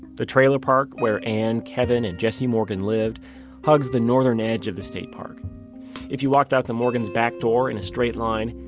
the trailer park where ann, kevin, and jesse morgan lived hugs the northern edge of the state park if you walked out the morgan's back door in a straight line,